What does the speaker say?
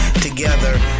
together